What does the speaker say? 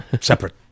separate